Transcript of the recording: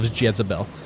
Jezebel